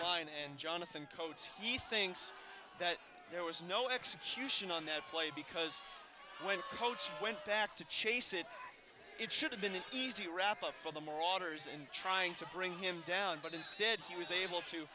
fine and jonathan cote he thinks that there was no execution on that play because when coach went back to chase it it should have been an easy wrap up for the monitors and trying to bring him down but instead he was able to